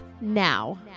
now